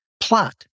plot